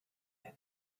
arme